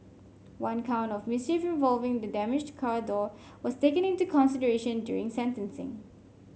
one count of mischief involving the damaged car door was taken into consideration during sentencing